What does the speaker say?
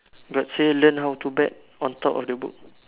but say learn how to bet on top of the book